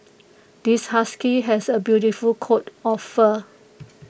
this husky has A beautiful coat of fur